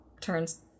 turns